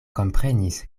komprenis